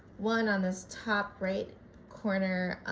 one on this top right corner,